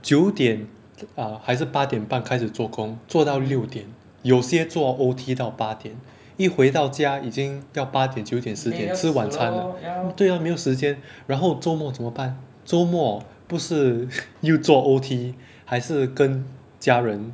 九点 uh 还是八点半开始做工做到六点有些做 O_T 到八点一回到家已经要八点九点十点吃晚餐对咯没有时间然后周末怎么办周末不是又做 O_T 还是跟家人